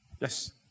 Yes